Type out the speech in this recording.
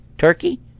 Turkey